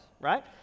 right